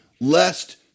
lest